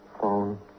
Phone